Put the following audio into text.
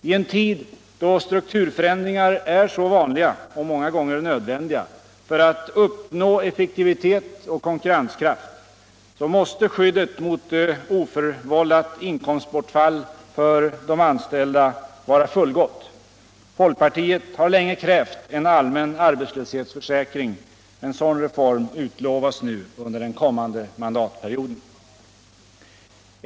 I en tid då strukturförändringar är så vanliga — och många gånger nödvändiga för att man skall uppnå effektivitet och konkurrenskraft — mäste skyddet mot oförvållat inkomstbonrtfall för de anställda vara fuligott. Folk partiet har länge krävt en allmiään arbetslöshetsförsäkring. En sådan reform utlovas nu under den kommande mandatperioden.